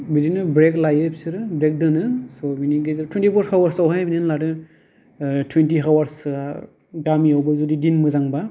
बिदिनो ब्रेक लायो बिसोरो ब्रेक दोनो स' बेनि गेजेराव टुवेन्टिफ'र आवार्सआवहाय बिदिनो लादो टुवेन्टि आवार्ससोआ गामियावबो जुदि दिन मोजांबा